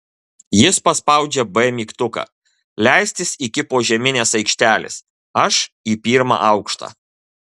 jis paspaudžia b mygtuką leistis iki požeminės aikštelės aš į pirmą aukštą